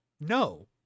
No